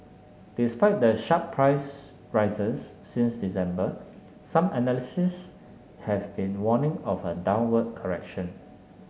despite the sharp price rises since December some analysts have been warning of a downward correction